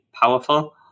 powerful